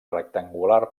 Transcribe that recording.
rectangular